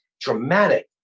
dramatic